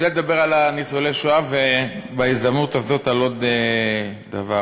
על ניצולי השואה, ובהזדמנות הזאת על עוד דבר.